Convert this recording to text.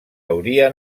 hauria